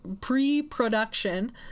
pre-production